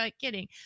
kidding